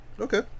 Okay